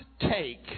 take